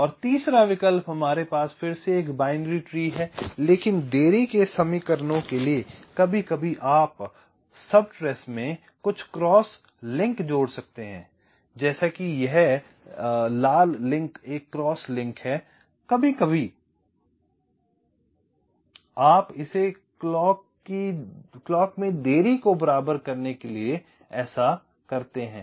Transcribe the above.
और तीसरा विकल्प हमारे पास फिर से एक बाइनरी ट्री है लेकिन देरी के समीकरणों के लिए कभी कभी आप उप ट्रेस में कुछ क्रॉस लिंक जोड़ सकते हैं जैसे कि यह लाल लिंक एक क्रॉस लिंक है कभी कभी आप इसे क्लॉक में देरी को बराबर करने के लिए ऐसा करते हैं